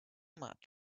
much